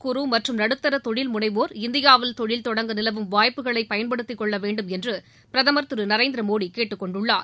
குறு மற்றும் நடுத்தர தொழில் முனைவோர் இந்தியாவில் தொழில் தொடங்க நிலவும் வாய்ப்புகளை பயன்படுத்திக் கொள்ள வேண்டும் என்று பிரதமர் திரு நரேந்திர மோடி கேட்டுக்கொண்டுள்ளார்